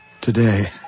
Today